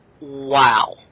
Wow